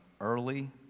early